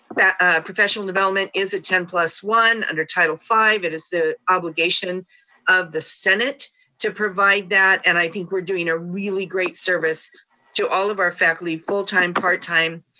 that professional development is a ten plus one. under title five, it is the obligation of the senate to provide that. and i think we're doing a really great service to all of our faculty, full time, part time